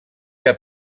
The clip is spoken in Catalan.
que